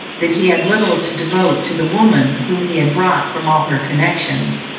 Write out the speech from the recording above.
that he had little to devote to the woman, whom he had brought from all her connections,